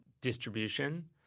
distribution